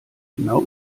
genau